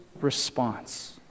response